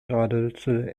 radelte